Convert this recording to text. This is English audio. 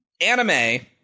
anime